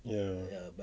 ya